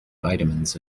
vitamins